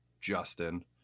Justin